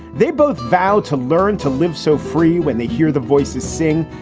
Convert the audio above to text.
they both vow to learn to live so free when they hear the voices sing,